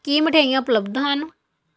ਕੀ ਮਿਠਾਈਆਂ ਉਪਲਬਧ ਹਨ